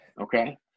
Okay